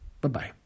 Bye-bye